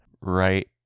right